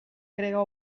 crega